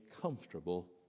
comfortable